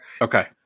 Okay